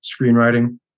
screenwriting